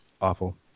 awful